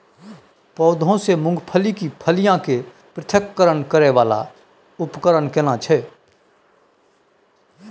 पौधों से मूंगफली की फलियां के पृथक्करण करय वाला उपकरण केना छै?